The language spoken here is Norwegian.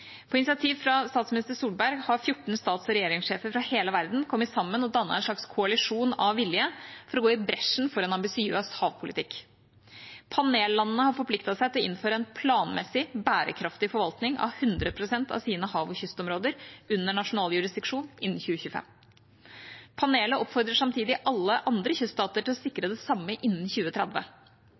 På initiativ fra statsminister Solberg har 14 stats- og regjeringssjefer fra hele verden kommet sammen og dannet en slags «koalisjon av villige» for å gå i bresjen for en ambisiøs havpolitikk. Panellandene har forpliktet seg til å innføre en planmessig, bærekraftig forvaltning av 100 prosent av sine hav- og kystområder under nasjonal jurisdiksjon innen 2025. Panelet oppfordrer samtidig alle andre kyststater til å sikre det samme innen 2030.